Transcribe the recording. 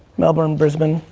melbourne, brisbane,